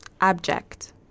abject